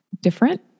different